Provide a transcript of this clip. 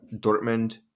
Dortmund